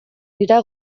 dira